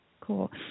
Cool